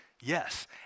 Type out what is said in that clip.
yes